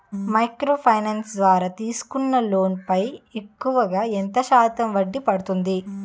Micro finance ద్వారా తీసుకునే loan పై ఎక్కువుగా ఎంత శాతం వడ్డీ పడుతుంది?